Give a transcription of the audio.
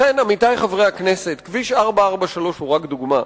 לכן, עמיתי חברי הכנסת, כביש 443 הוא רק דוגמה,